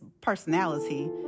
personality